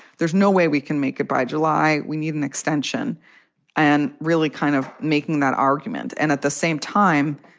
there's no way we can make it by july. we need an extension and really kind of making that argument. and at the same time,